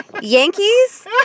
Yankees